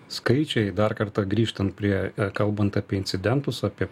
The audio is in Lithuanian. skaičiai dar kartą grįžtant prie kalbant apie incidentus apie